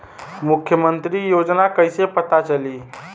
मुख्यमंत्री योजना कइसे पता चली?